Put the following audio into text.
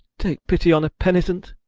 take pity on a penitent.